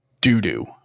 doo-doo